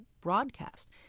broadcast